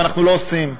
ואנחנו לא עושים.